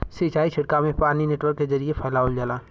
सिंचाई छिड़काव में पानी नेटवर्क के जरिये फैलावल जाला